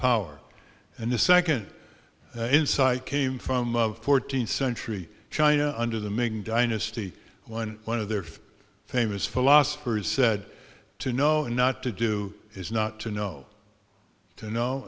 power and the second insight came from of fourteenth century china under the ming dynasty when one of their famous philosophers said to know not to do is not to know to know